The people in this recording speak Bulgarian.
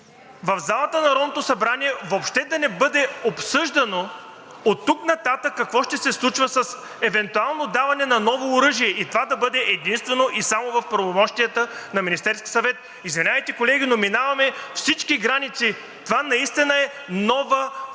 в залата на Народното събрание въобще да не бъде обсъждано оттук нататък какво ще се случва с евентуално даване на ново оръжие и това да бъде единствено и само в правомощията на Министерския съвет. Извинявайте, колеги, но минаваме всички граници! Това наистина е нова форма,